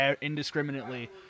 indiscriminately